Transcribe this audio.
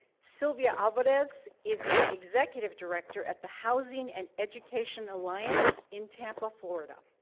sylvia alvarez is the executive director at the housing and education alliance in tampa, florida.